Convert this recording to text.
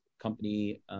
company